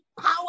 power